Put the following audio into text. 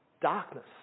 darkness